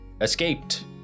escaped